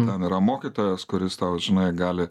ten yra mokytojas kuris tau žinai gali